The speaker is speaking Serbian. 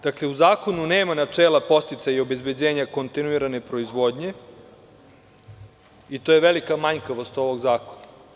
Dakle, u zakonu nema načela podsticaja i obezbeđenja kontinuirane proizvodnje i to je velika manjkavost ovog zakona.